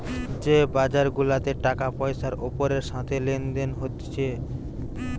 যে বাজার গুলাতে টাকা পয়সার ওপরের সাথে লেনদেন হতিছে